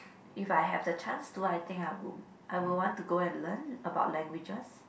if I have the chance to I think I would I would want to go and learn about languages